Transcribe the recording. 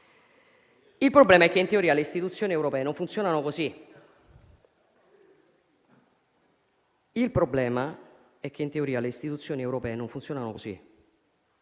Il problema è che, in teoria, le istituzioni europee non funzionano così.